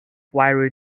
very